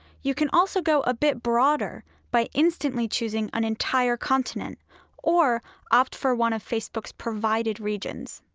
you can also go a bit broader by instantly choosing an entire continent or opt for one of facebook's provided regions.